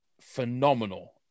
phenomenal